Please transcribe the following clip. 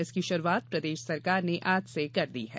इसकी शुरूआत प्रदेश सरकार ने आज से कर दी है